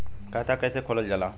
खाता कैसे खोलल जाला?